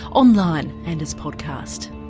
online and as podcast.